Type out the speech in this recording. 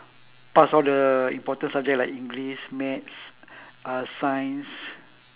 pass all the important subject like english maths uh science